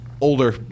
older